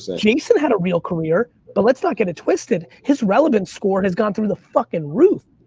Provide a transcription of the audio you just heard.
so jason had a real career, but let's not get it twisted, his relevance score has gone through the fucking roof.